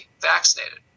vaccinated